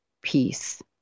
peace